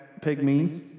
Pygmy